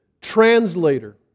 translator